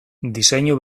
diseinu